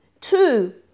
Two